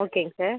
ஓகேங்க சார்